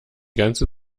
ganze